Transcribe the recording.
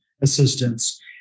assistance